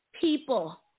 people